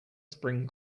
spring